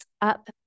up